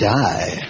die